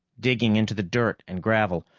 digging into the dirt and gravel,